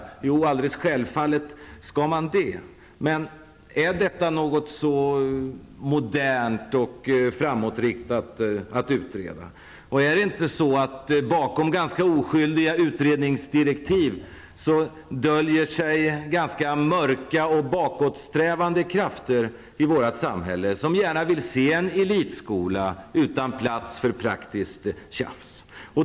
Jo, alldeles självfallet skall man det. Men är detta något så modernt och framåtriktat att utreda? Är det inte så att det bakom ganska oskyldiga utredningsdirektiv döljer sig ganska mörka och bakåtsträvande krafter i vårt samhälle, krafter som gärna vill se en elitskola utan plats för praktiskt tjafs?